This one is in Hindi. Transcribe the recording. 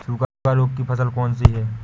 सूखा रोग की फसल कौन सी है?